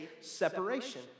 separation